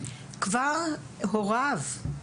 כבר הוריו,